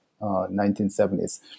1970s